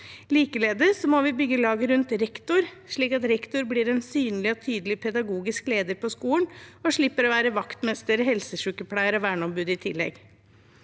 Likeledes må vi bygge laget rundt rektor, slik at rektor blir en synlig og tydelig pedagogisk leder på skolen og slipper å være vaktmester, helsesykepleier og verneombud i tillegg.